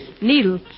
Needle